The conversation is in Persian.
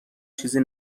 چیزی